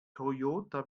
toyota